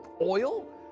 oil